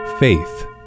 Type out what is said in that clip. faith